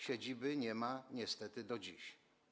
Siedziby nie ma niestety do dziś.